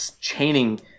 chaining